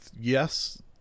yes